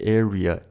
area